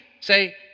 say